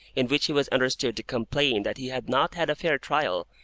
in which he was understood to complain that he had not had a fair trial,